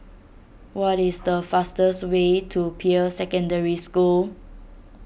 what is the fastest way to Peirce Secondary School